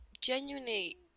genuinely